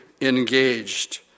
engaged